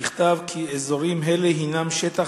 נכתב כי אזורים אלה הינם שטח